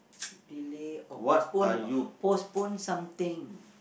delay or postpone postpone something